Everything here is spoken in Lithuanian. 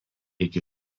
iki